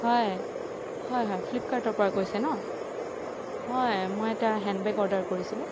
হয় হয় হয় ফ্লিপকাৰ্টৰ পৰা কৈছে ন হয় মই এটা হেণ্ডবেগ অৰ্ডাৰ কৰিছিলোঁ